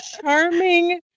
Charming